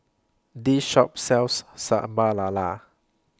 This Shop sells Sambal Lala